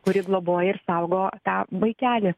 kuri globoja ir saugo tą vaikelį